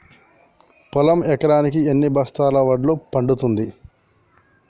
పొలం ఎకరాకి ఎన్ని బస్తాల వడ్లు పండుతుంది?